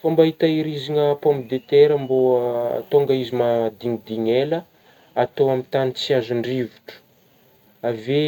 Fômba hitahirizigna pomme de terra mbô atonga izy madignidigny ela atao amin'gny tagny tsy azon-drivotra avy